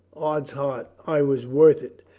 ods heart, i was worth it.